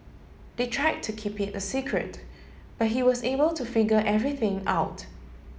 they tried to keep it a secret but he was able to figure everything out